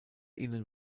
ihnen